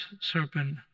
serpent